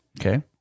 Okay